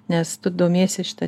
nes tu domiesi šita